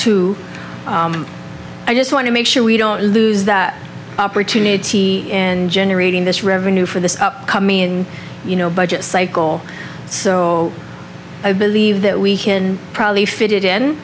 too i just want to make sure we don't lose that opportunity in generating this revenue for the coming in you know budget cycle so i believe that we can probably fit it in